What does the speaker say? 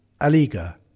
Aliga